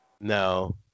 No